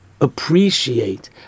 appreciate